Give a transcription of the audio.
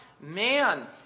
man